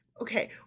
Okay